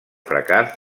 fracàs